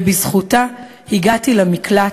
ובזכותה הגעתי למקלט,